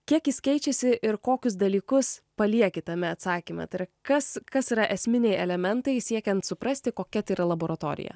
kiek jis keičiasi ir kokius dalykus palieki tame atsakyme tai yra kas kas yra esminiai elementai siekiant suprasti kokia tai yra laboratorija